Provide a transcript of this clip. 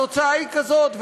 התוצאה היא כזאת,